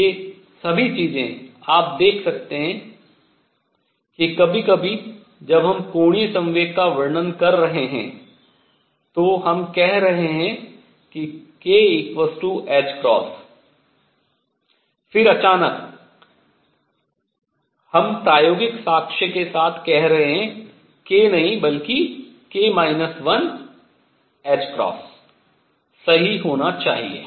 और ये सभी चीजें आप देख सकते हैं कि कभी कभी जब हम कोणीय संवेग का वर्णन कर रहे हैं तो हम कह रहे हैं kℏ फिर अचानक हम प्रायोगिक साक्ष्य के साथ कह रहे हैं k नहीं बल्कि k माइनस 1 ℏ सही होना चाहिए